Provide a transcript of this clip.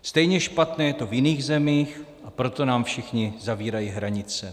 Stejně špatné je to v jiných zemích, a proto nám všichni zavírají hranice.